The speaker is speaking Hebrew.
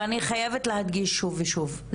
ואני חייבת להדגיש שוב ושוב,